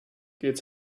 geht